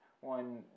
One